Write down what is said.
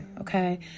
okay